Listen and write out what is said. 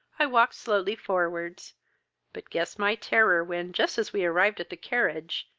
i walked slowly forwards but guess my terror, when, just as we arrived at the carriage,